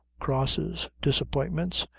crosses, disappointments,